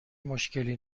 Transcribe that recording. مشکلی